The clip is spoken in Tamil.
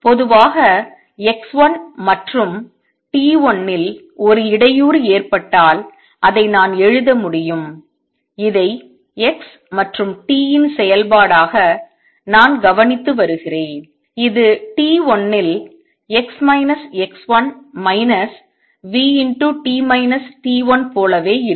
பொதுவாக x 1 மற்றும் t 1 இல் ஒரு இடையூறு ஏற்பட்டால் அதை நான் எழுத முடியும் இதை x மற்றும் t இன் செயல்பாடாக நான் கவனித்து வருகிறேன் இது t1 இல் v போலவே இருக்கும்